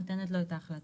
נותנת לו את ההחלטה.